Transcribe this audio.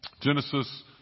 Genesis